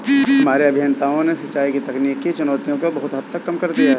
हमारे अभियंताओं ने सिंचाई की तकनीकी चुनौतियों को बहुत हद तक कम कर दिया है